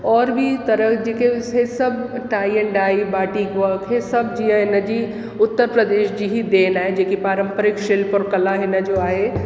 और बि तरह तरह जेके इहे सभु tie and dye batik work इहे सभु जीअं हिनजी उत्तर प्रदेश जी ई देन आहे जेकी पारंपरिक शिल्प और कला हिनजो आहे